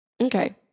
Okay